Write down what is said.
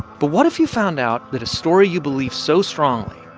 but what if you found out that a story you believe so strongly,